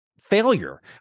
failure